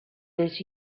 this